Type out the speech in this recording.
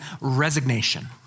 resignation